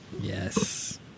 Yes